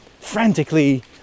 frantically